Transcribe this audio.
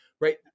right